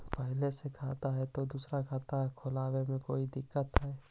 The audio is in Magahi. पहले से खाता है तो दूसरा खाता खोले में कोई दिक्कत है?